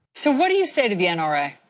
so what do you say to the and nra?